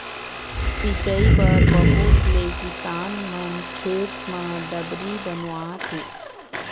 सिंचई बर बहुत ले किसान मन खेत म डबरी बनवाथे